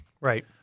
right